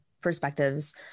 perspectives